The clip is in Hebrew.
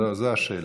זו השאלה.